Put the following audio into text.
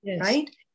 right